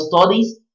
studies